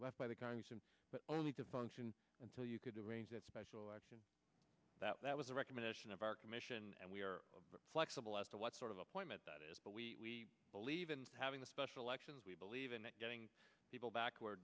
left by the congress and but only to function until you could arrange that special action that that was a recommendation of our commission and we are flexible as to what sort of appointment that is but we believe in having the special elections we believe in getting people back